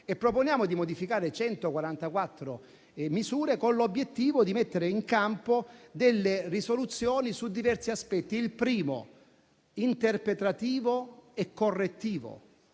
Proponiamo di modificare 144 misure con l'obiettivo di mettere in campo delle risoluzioni su diversi aspetti. Il primo aspetto è quello interpretativo e correttivo: